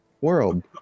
world